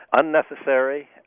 unnecessary